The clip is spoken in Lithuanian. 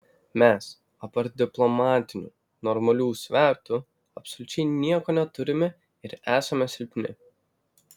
mes apart diplomatinių normalių svertų absoliučiai nieko neturime ir esame silpni